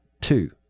two